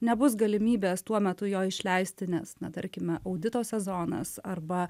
nebus galimybės tuo metu jo išleisti nes na tarkime audito sezonas arba